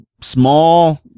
small